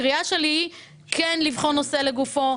הקריאה שלי היא כן לבחון כל נושא לגופו,